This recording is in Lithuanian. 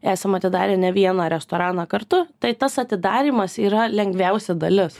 esam atidarę ne vieną restoraną kartu tai tas atidarymas yra lengviausia dalis